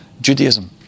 Judaism